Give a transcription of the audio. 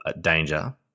Danger